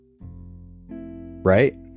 right